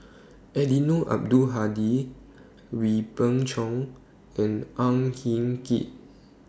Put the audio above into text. Eddino Abdul Hadi Wee Beng Chong and Ang Hin Kee